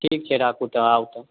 ठीक छै राखू तऽ आउ तऽ